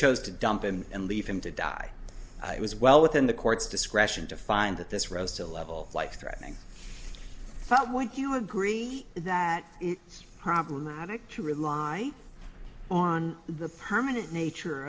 chose to dump and leave him to die it was well within the court's discretion to find that this rose to a level life threatening but would you agree that it's problematic to rely on the permanent nature